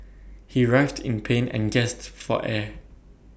he writhed in pain and gasped for air